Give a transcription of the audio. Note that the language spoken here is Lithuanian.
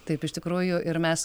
taip iš tikrųjų ir mes